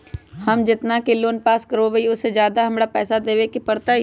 हम जितना के लोन पास कर बाबई ओ से ज्यादा पैसा हमरा देवे के पड़तई?